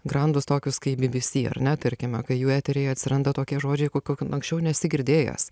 grandus tokius kaip bbc ar ne tarkime kai jų eteryje atsiranda tokie žodžiai kokių anksčiau nesi girdėjęs